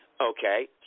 Okay